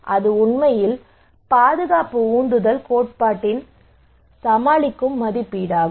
இது உண்மையில் பாதுகாப்பு உந்துதல் கோட்பாட்டின் சமாளிக்கும் மதிப்பீடாகும்